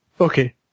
Okay